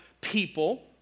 people